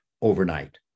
overnight